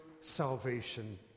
salvation